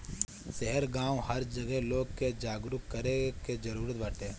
शहर गांव हर जगह लोग के जागरूक करे के जरुरत बाटे